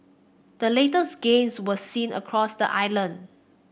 the latest gains was seen across the island